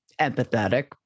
empathetic